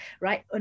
right